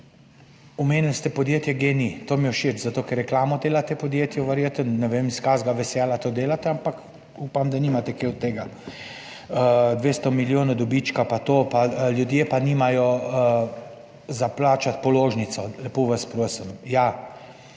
Omenili ste podjetje GEN-I. To mi je všeč, zato ker verjetno delate reklamo podjetju, ne vem, iz kakšnega veselja to delate, ampak upam, da nimate kaj od tega. 200 milijonov dobička in to, ljudje pa nimajo za plačati položnice. Lepo vas prosim! Ja,